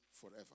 forever